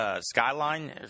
Skyline